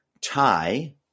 tie